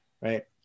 right